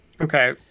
Okay